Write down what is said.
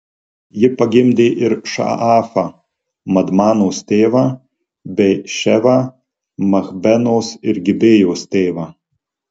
ji pagimdė ir šaafą madmanos tėvą bei ševą machbenos ir gibėjos tėvą